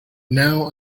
now